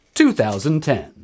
2010